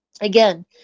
again